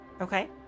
Okay